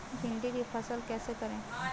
भिंडी की फसल कैसे करें?